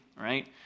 right